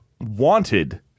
wanted